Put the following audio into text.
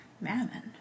mammon